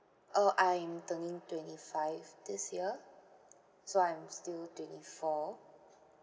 uh I'm turning twenty five this year so I'm still twenty four